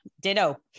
Ditto